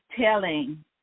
telling